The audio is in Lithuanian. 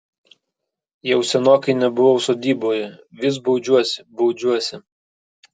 jau senokai nebuvau sodyboje vis baudžiuosi baudžiuosi